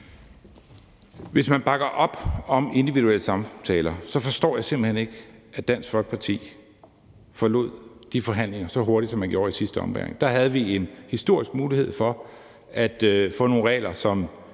Hvis man bakker op om individuelle samtaler, forstår jeg simpelt hen ikke, at Dansk Folkeparti forlod de forhandlinger så hurtigt, som man gjorde i sidste ombæring. Der havde vi en historisk mulighed for at få nogle regler, som